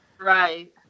Right